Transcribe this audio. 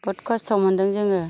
बुहुद खस्थ' मोन्दों जोङो